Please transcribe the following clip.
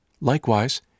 Likewise